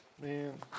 Man